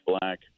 black